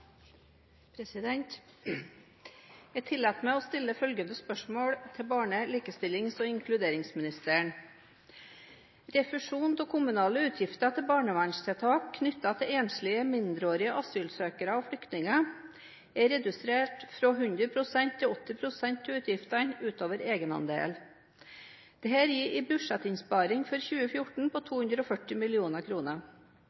av kommunale utgifter til barnevernstiltak knyttet til enslige mindreårige asylsøkere og flyktninger er redusert fra 100 til 80 pst. av utgiftene utover egenandel. Dette gir en budsjettinnsparing for 2014 på